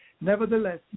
nevertheless